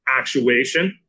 actuation